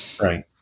right